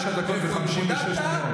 מאיפה התמודדת,